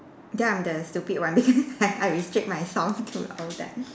then I'm the stupid one because I I restrict my songs to old times